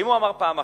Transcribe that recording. אם הוא אמר פעם אחת,